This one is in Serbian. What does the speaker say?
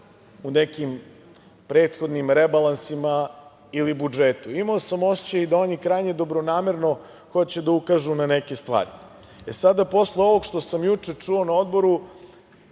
u nekim prethodnim rebalansima ili budžetu. Imao sam osećaj da oni krajnje dobronamerno hoće da ukažu na neke stvari. E sada, posle ovog što sam juče čuo na Odboru,